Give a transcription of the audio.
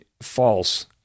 false